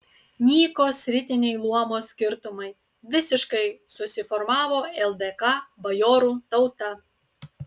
nyko sritiniai luomo skirtumai visiškai susiformavo ldk bajorų tauta